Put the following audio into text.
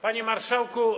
Panie Marszałku!